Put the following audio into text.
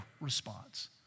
response